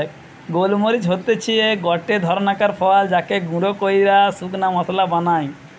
গোল মরিচ হতিছে গটে ধরণকার ফল যাকে গুঁড়া কইরে শুকনা মশলা বানায়